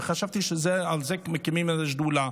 וחשבתי שעל זה מקימים את השדולה.